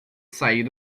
sair